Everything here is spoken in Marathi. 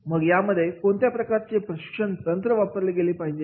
मग यामध्ये कोणत्या प्रकारचे प्रशिक्षण तंत्र वापरले गेले जाईल